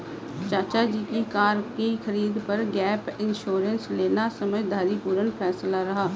चाचा जी का कार की खरीद पर गैप इंश्योरेंस लेना समझदारी पूर्ण फैसला रहा